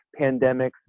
pandemics